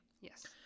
Yes